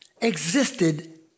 existed